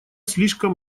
слишком